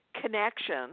connection